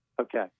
okay